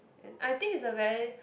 and I think it's a very